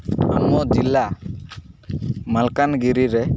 ଆମ ଜିଲ୍ଲା ମାଲକାନଗିରିରେ